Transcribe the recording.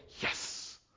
yes